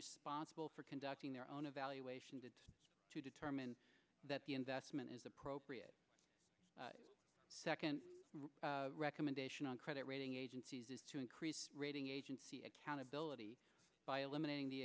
responsible for conducting their own evaluation to determine that the investment is appropriate second recommendation on credit rating agencies is to increase rating agency accountability by eliminating the